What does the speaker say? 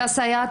אותה סייעת,